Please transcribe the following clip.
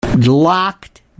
Locked